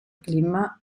clima